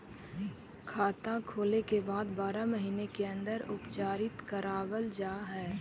खाता खोले के बाद बारह महिने के अंदर उपचारित करवावल जा है?